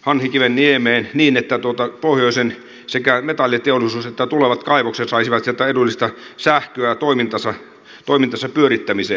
hanhikivenniemeen niin että pohjoisen sekä metalliteollisuus että tulevat kaivokset saisivat sieltä edullista sähköä toimintansa pyörittämiseen